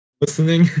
listening